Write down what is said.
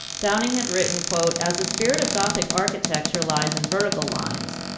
downing had written, quote, as a spirit of gothic architecture lies in vertical lines,